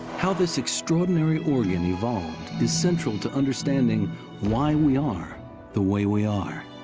how this extraordinary organ evolved is central to understanding why we are the way we are.